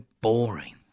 boring